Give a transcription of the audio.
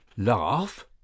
Laugh